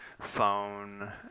phone